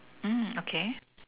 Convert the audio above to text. mm okay